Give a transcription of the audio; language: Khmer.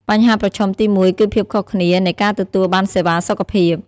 បញ្ហាប្រឈមទីមួយគឺភាពខុសគ្នានៃការទទួលបានសេវាសុខភាព។